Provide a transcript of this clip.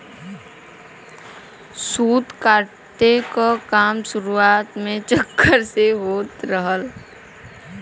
सूत काते क काम शुरुआत में चरखा से होत रहल